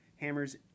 Hammer's